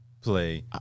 play